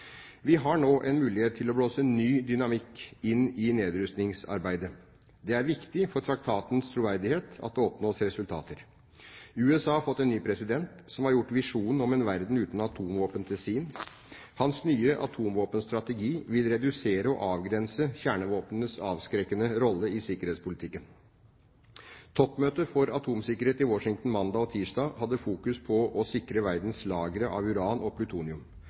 Vi har nå en mulighet til å blåse ny dynamikk inn i nedrustningsarbeidet. Det er viktig for traktatens troverdighet at det oppnås resultater. USA har fått en ny president, som har gjort visjonen om en verden uten atomvåpen til sin. Hans nye atomvåpenstrategi vil redusere og avgrense kjernevåpnenes avskrekkende rolle i sikkerhetspolitikken. Toppmøtet for atomsikkerhet i Washington mandag og tirsdag fokuserte på å sikre verdens lagre av uran og plutonium.